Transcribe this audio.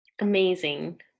amazing